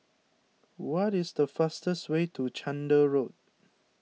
what is the fastest way to Chander Road